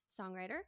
songwriter